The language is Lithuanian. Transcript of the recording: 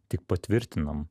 tik patvirtinom